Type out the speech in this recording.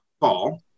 call